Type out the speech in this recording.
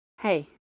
Hey